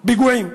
פיגועים